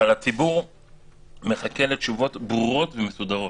אבל הציבור מחכה לתשובות ברורות ומסודרות,